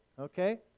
Okay